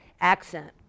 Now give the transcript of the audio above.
accent